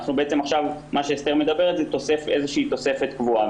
אנחנו בעצם עכשיו מדברים על תוספת קבועה.